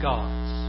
God's